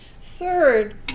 Third